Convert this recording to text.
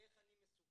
איך אני מסוגל